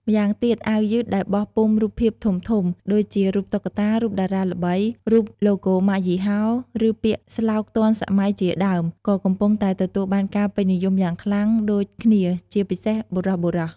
ម្យ៉ាងទៀត អាវយឺតដែលបោះពុម្ពរូបភាពធំៗដូចជារូបតុក្កតា រូបតារាល្បី រូបឡូហ្គោម៉ាកយីហោ ឬពាក្យស្លោកទាន់សម័យជាដើម ក៏កំពុងតែទទួលបានការពេញនិយមយ៉ាងខ្លាំងដូចគ្នាជាពិសេសបុរសៗ។